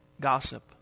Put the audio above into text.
gossip